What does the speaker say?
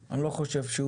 לא.